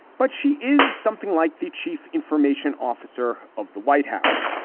but she is something like the chief information officer of the white house.